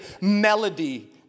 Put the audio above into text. melody